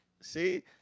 See